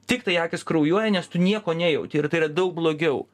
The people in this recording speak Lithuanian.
tiktai akys kraujuoja nes tu nieko nejauti ir tai yra daug blogiau